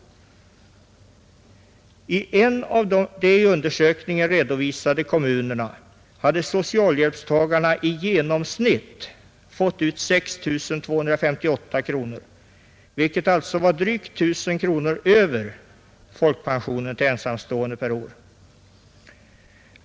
I en av de i undersökningen redovisade kommunerna hade socialhjälpstagarna i genomsnitt fått ut 6 258 kronor, vilket alltså var drygt 1 000 kronor över folkpensionen till ensamstående per år.